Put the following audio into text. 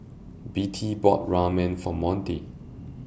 Bettie bought Ramen For Monty